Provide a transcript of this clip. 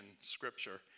Scripture